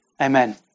Amen